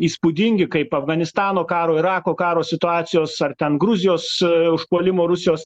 įspūdingi kaip afganistano karo irako karo situacijos ar ten gruzijos užpuolimo rusijos